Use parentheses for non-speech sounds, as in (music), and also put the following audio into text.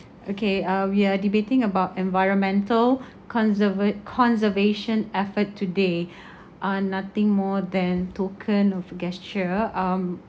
okay uh we are debating about environmental conservat~ conservation effort today (breath) uh nothing more than token of gesture um